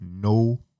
no